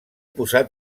posat